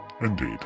Indeed